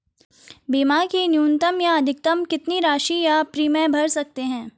बीमा की न्यूनतम या अधिकतम कितनी राशि या प्रीमियम भर सकते हैं?